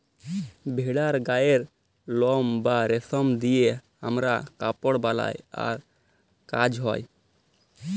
ভেড়ার গায়ের লম বা রেশম দিয়ে হামরা কাপড় বালাই আর কাজ হ্য়